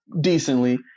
decently